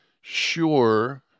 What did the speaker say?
sure